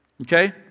Okay